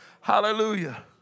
Hallelujah